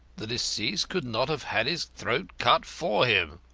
the deceased could not have had his throat cut for him.